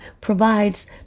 provides